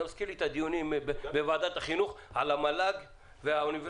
זה מזכיר לי את הדיונים בוועדת החינוך על המל"ג והאוניברסיטאות,